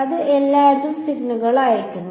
അത് എല്ലായിടത്തും സിഗ്നലുകൾ അയയ്ക്കുന്നു